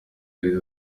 arizo